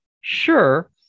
sure